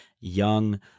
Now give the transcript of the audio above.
young